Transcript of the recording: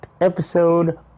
episode